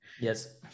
Yes